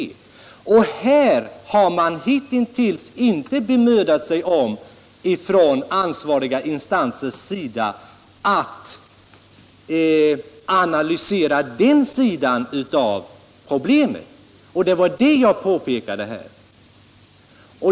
Ansvariga instanser har hittills inte bemödat sig om att analysera den sidan av problemet. Och det var det jag påpekade.